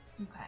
Okay